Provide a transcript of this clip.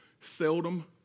seldom